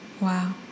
Wow